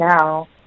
now